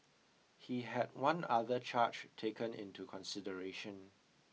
he had one other charge taken into consideration